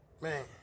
Man